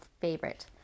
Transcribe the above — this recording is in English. favorite